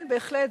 כן, בהחלט.